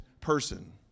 person